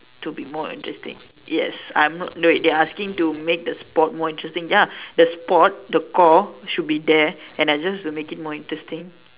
to be more interesting yes I'm not no wait they're asking to make the sports interesting ya the sport the core should be there and I just have to make it more interesting